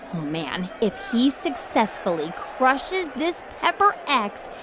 man, if he successfully crushes this pepper x,